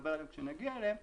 וכשנגיע אליהם נדבר עליהם,